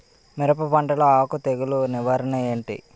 మిరప పంటలో ఆకు తెగులు నివారణ ఏంటి?